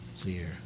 clear